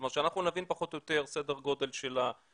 זאת אומרת שאנחנו נבין פחות או יותר סדר גודל של הדחיות,